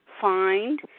find